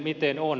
miten on